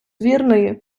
вірної